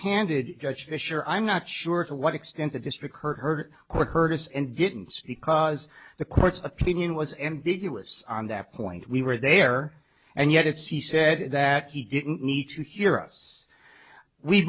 candid judge fisher i'm not sure to what extent the district heard court heard us and didn't because the court's opinion was ambiguous on that point we were there and yet it's he said that he didn't need to hear us we